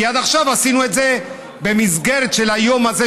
כי עד עכשיו עשינו את זה במסגרת של היום הזה,